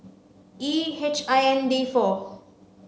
E H I N D four